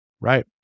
right